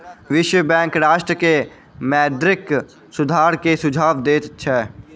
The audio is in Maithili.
विश्व बैंक राष्ट्र के मौद्रिक सुधार के सुझाव दैत छै